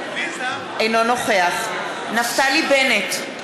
אינו נוכח נפתלי בנט,